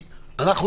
אני רוצה